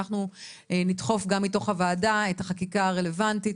אנחנו נדחוף גם מתוח הוועדה את החקיקה הרלוונטית.